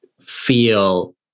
feel